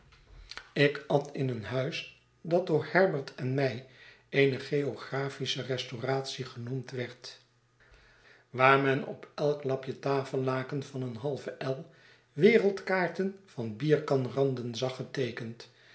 ik at in een huis dat door herbert en mij eene geographische restauratie genoemd werd groote verwachtwgen waar men op elk lapje tafellaken van een halve el wereldkaarten van bierkan randen zag geteekend